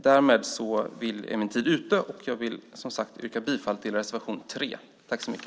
Därmed är min talartid ute, och jag vill som sagt yrka bifall till reservation 3.